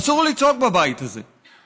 אסור לצעוק בבית הזה,